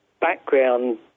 background